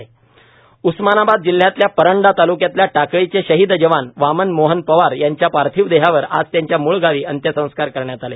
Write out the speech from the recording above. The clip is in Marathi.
शहीद जवान वामन मोहन पवार उस्मानाबाद जिल्ह्यातल्या परंडा तालुक्यातल्या टाकळीचे शहीद जवान वामन मोहन पवार यांच्या पार्थिव देहावर आज त्यांच्या मूळ गावी अंत्यसंस्कार करण्यात आले